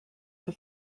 für